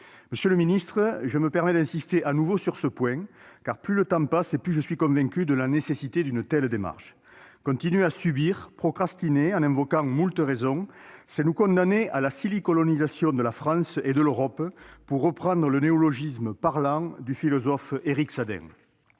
Monsieur le secrétaire d'État, je me permets d'insister de nouveau sur ce point ; plus le temps passe, en effet, et plus je suis convaincu de la nécessité d'une telle démarche. Continuer à subir, procrastiner en invoquant moult raisons, c'est nous condamner à la « silicolonisation » de la France et de l'Europe, pour reprendre le néologisme parlant du philosophe Éric Sadin.